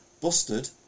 busted